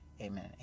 Amen